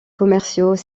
commerciaux